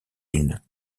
unes